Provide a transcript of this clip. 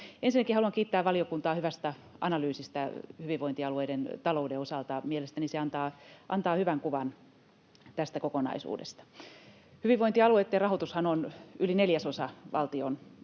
Ensinnäkin haluan kiittää valiokuntaa hyvästä analyysistä hyvinvointialueiden talouden osalta. Mielestäni se antaa hyvän kuvan tästä kokonaisuudesta. Hyvinvointialueitten rahoitushan on yli neljäsosa valtion